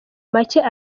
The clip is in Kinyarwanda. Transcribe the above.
makeya